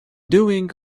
doing